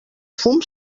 fum